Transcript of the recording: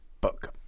book